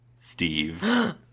Steve